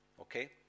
Okay